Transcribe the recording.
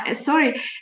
sorry